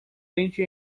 tente